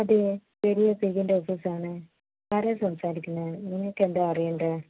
അതെ പെരിയ തേയിലേൻ്റെ ഓഫീസാണ് ആരാണ് സംസാരിക്കുന്നത് നിങ്ങൾക്കെന്താണ് അറിയേണ്ടത്